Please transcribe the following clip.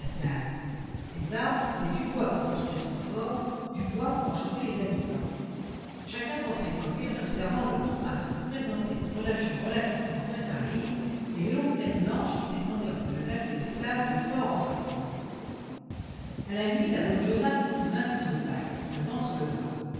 ces arbres c'était du bois pour construire son fort du bois pour en chauffer les habitants chacun pensait comme lui en observant le contraste que présentait cette région relativement moins aride et les longues plaines blanches qui s'étendaient entre le lac de l'esclave et le fort entreprise à la nuit la brume jaunâtre devint plus opaque le vent se leva